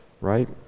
right